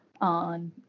on